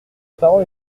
parole